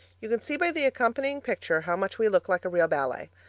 you can see by the accompanying picture how much we look like a real ballet.